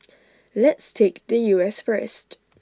let's take the U S first